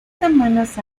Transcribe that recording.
semanas